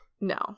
No